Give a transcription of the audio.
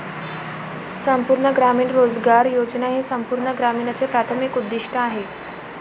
संपूर्ण ग्रामीण रोजगार योजना हे संपूर्ण ग्रामीणचे प्राथमिक उद्दीष्ट आहे